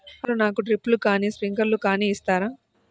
అసలు నాకు డ్రిప్లు కానీ స్ప్రింక్లర్ కానీ ఇస్తారా?